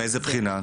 מאיזו בחינה?